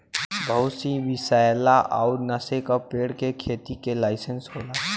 बहुत सी विसैला अउर नसे का पेड़ के खेती के लाइसेंस होला